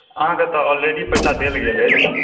अहाँकेँ तऽ ऑलरेडी पैसा देल गेल अछि